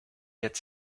get